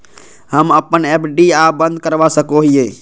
हम अप्पन एफ.डी आ बंद करवा सको हियै